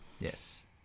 Yes